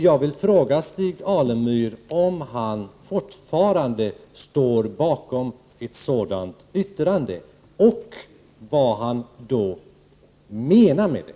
Jag vill fråga Stig Alemyr om han fortfarande kan ställa sig bakom ett sådant yttrande och vad han i så fall menar med det.